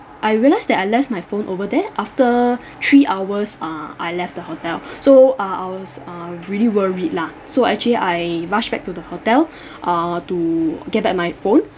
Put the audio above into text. I realised that I left my phone over there after three hours uh I left the hotel so uh I was uh really worried lah so actually I rushed back to the hotel uh to get back my phone